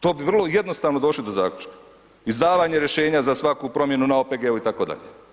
To bi vrlo jednostavno došli do zaključka, izdavanje rješenja za svaku promjenu na OPG-u itd.